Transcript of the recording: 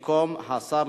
רותם.